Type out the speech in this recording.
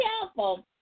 careful